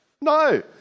No